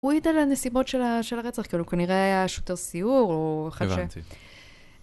הוא העיד על הנסיבות של הרצח, כאילו כנראה היה שוטר סיור, או אחד ש...